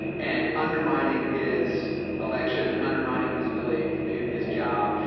and undermining his election, undermining his ability to do his job,